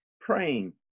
praying